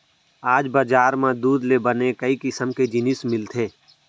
आज बजार म दूद ले बने कई किसम के जिनिस मिलथे